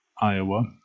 Iowa